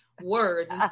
words